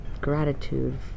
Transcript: gratitude